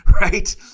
right